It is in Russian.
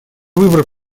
выбор